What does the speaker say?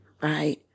right